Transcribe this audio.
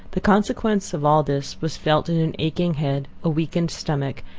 the consequence of all this was felt in an aching head, a weakened stomach,